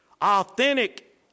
authentic